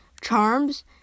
charms